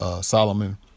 Solomon